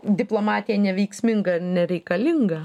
diplomatija neveiksminga nereikalinga